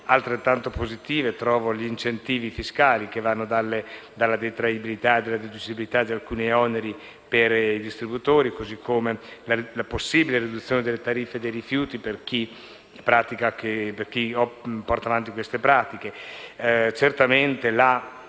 Altrettanto positivi trovo gli incentivi fiscali, che vanno dalla detraibilità e deducibilità di alcuni oneri per i distributori, come la possibile riduzione delle tariffe sui rifiuti per chi porta avanti queste pratiche. Certamente, la